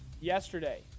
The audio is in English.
yesterday